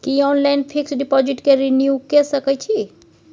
की online fix deposit के renew के सकै छी?